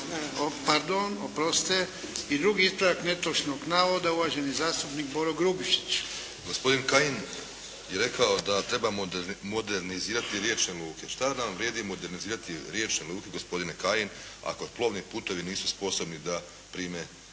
I drugi ispravak netočnog navoda uvaženi zastupnik Boro Grubišić. **Grubišić, Boro (HDSSB)** Gospodin Kajin je rekao da treba modernizirati riječne luke. Šta nam vrijedi modernizirati riječne luke gospodine Kajin ako plovni putovi nisu sposobni da prime